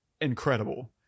incredible